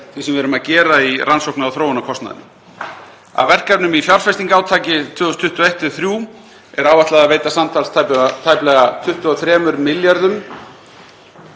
því sem við erum að gera í rannsókna- og þróunarkostnaðinum. Af verkefnum í fjárfestingarátaki 2021–2023 er áætlað að veita samtals tæplega 23 milljörðum